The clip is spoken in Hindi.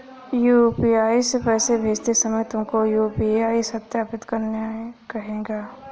यू.पी.आई से पैसे भेजते समय तुमको यू.पी.आई सत्यापित करने कहेगा